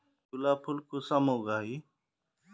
गुलाब फुल कुंसम उगाही?